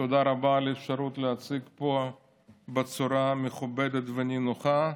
תודה רבה על האפשרות להציג פה בצורה מכובדת ונינוחה.